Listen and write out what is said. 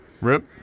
RIP